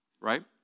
right